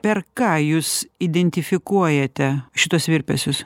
per ką jūs identifikuojate šituos virpesius